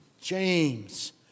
james